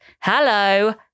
Hello